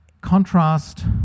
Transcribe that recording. Contrast